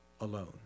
alone